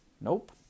Nope